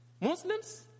Muslims